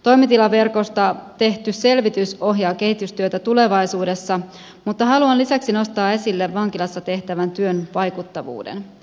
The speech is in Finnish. toimitilaverkosta tehty selvitys ohjaa kehitystyötä tulevaisuudessa mutta haluan lisäksi nostaa esille vankilassa tehtävän työn vaikuttavuuden